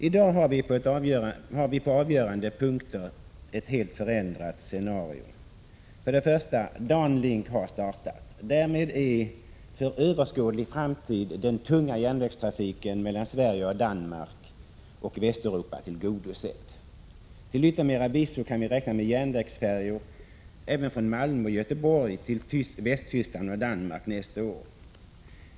I dag har vi ett på avgörande punkter helt förändrat scenario. 1. DanLink har startat. Därmed är för överskådlig framtid den tunga järnvägstrafiken mellan Sverige och Danmark och Västeuropa tillgodosedd. Till yttermera visso kan vi räkna med järnvägsfärjor även från Malmö och Göteborg till Västtyskland och Danmark nästa år.